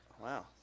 Wow